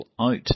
out